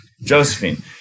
Josephine